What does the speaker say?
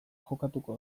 jokatuko